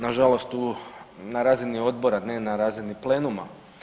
Na žalost na razini odbora, ne na razini plenuma.